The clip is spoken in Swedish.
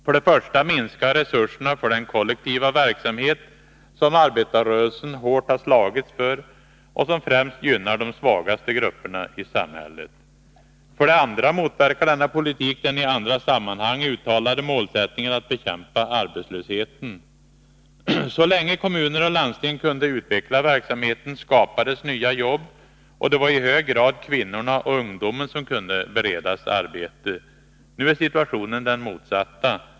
För det första minskar resurserna för den kollektiva verksamhet som arbetarrörelsen hårt slagits för och som främst gynnar de svagaste grupperna i samhället. För det andra motverkar denna politik den i andra sammanhang uttalade målsättningen att bekämpa arbetslösheten. Så länge kommuner och landsting kunde utveckla verksamheten skapades nya jobb, och det var i hög grad kvinnorna och ungdomen som kunde beredas arbete. Nu är situationen den motsatta.